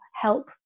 help